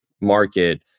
market